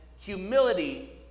humility